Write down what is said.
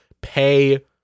pay